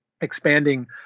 expanding